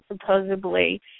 supposedly